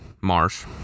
Marsh